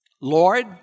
Lord